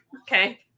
Okay